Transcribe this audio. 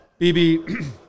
BB